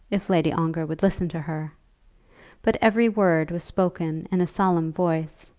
if lady ongar would listen to her but every word was spoken in a solemn voice,